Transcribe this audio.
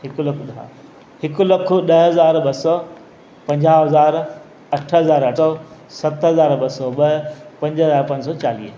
हिक लख ॾह हिक लख ॾह हज़ार ॿ सौ पंजाह हज़ार अठ हज़ार अठ सौ सत हज़ार ॿ सौ ॿ पंज हज़ार पंज सौ चालीह